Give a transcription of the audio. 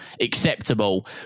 acceptable